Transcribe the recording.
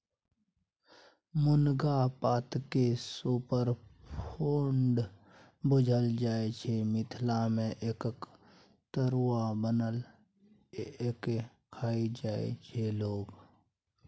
मुनगा पातकेँ सुपरफुड बुझल जाइ छै मिथिला मे एकर तरुआ बना कए खाइ छै लोक